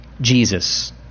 Jesus